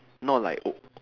not like O~